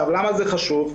למה זה חשוב?